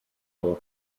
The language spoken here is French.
mon